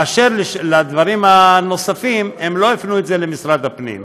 אשר לדברים הנוספים, הם לא הופנו למשרד הפנים.